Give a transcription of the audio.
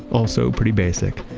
also pretty basic.